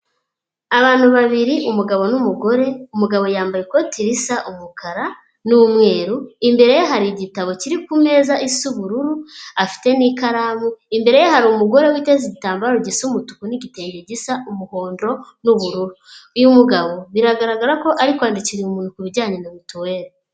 Abantu babiri umugabo n'umugore, umugabo yambaye ikoti risa umukara n'umweru, imbere ye hari igitabo kiri ku meza isa ubururu afite n'ikaramu, imbere ye hari umugore witeze igitambaro gisa umutuku n'igitenge gisa umuhondo n'ubururu, uyu mugabo biragaragara ko ari kwandikira uyu muntu ku bijyanye na mituweri.